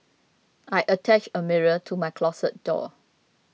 I attached a mirror to my closet door